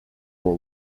war